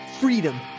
freedom